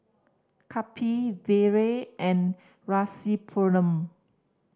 Kapil Vedre and Rasipuram